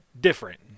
different